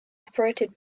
operated